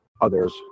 others